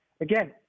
again